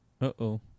Uh-oh